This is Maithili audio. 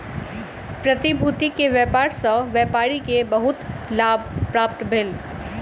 प्रतिभूति के व्यापार सॅ व्यापारी के बहुत लाभ प्राप्त भेल